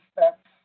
steps